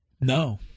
No